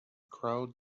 crowd